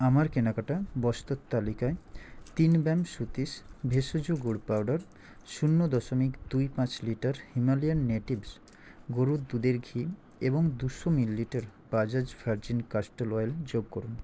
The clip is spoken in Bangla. আমার কেনাকাটা বস্তুর তালিকায় তিন বয়াম শ্রুতিজ ভেষজ গুড় পাউডার শূন্য দশমিক দুই পাঁচ লিটার হিমালয়ান নেটিভস গরুর দুধের ঘি এবং দুশো millilitre Bajaj virgin castor oil যোগ করুন